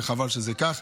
וחבל שזה כך.